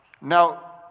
Now